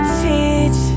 teach